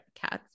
cats